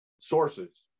sources